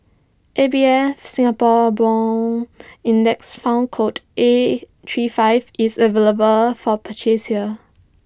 A B F Singapore Bond index fund code A three five is available for purchase here